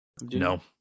No